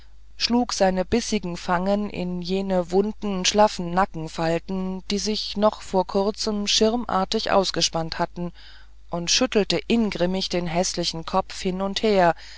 schlug seine bissigen fangen in jene wunden schlaffen nackenfalten die sich noch vor kurzem schirmartig ausgespannt hatten und schüttelte ingrimmig den häßlichen kopf hin und her